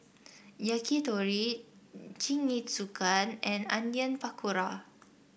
Yakitori Jingisukan and Onion Pakora